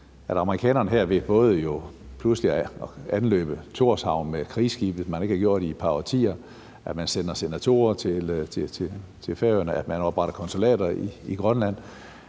at amerikanerne pludselig både vil anløbe Thorshavn med krigsskibe, som man ikke har gjort i et par årtier, og sender senatorer til Færøerne, og man opretter konsulater i Grønland,